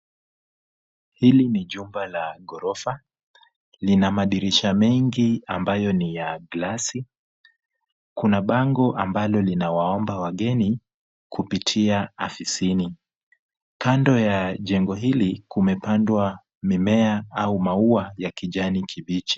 Hili ni jumba la ghorofa, lina madirisha mengi ambayo ni ya glasi. kuna bango ambalo linawaomba wageni kupitia afisini. Kando ya jengo hili kumepandwa mimea au maua ya kijani kibichi.